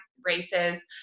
races